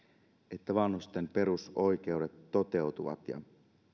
että vanhusten perusoikeudet toteutuvat ja